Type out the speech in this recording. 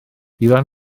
iwan